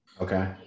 Okay